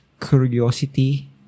curiosity